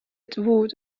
edward